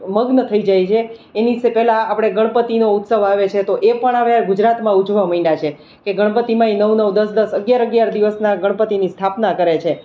મગ્ન થઈ જાય છે એની તે પહેલાં આપણે ગણપતિનો ઉત્સવ આવે છે તો એ પણ હવે ગુજરાતમાં ઉજવવા માંડ્યા છે કે ગણપતિ માંય નવ નવ દસ દસ અગિયાર અગિયાર દિવસના ગણપતિની સ્થાપના કરે છે